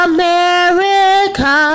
America